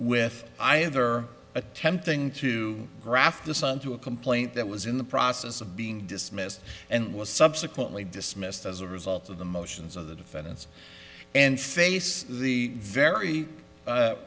with either attempting to graft this onto a complaint that was in the process of being dismissed and was subsequently dismissed as a result of the motions of the defendants and face the very